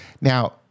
Now